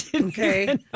Okay